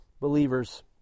believers